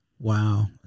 Wow